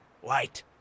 White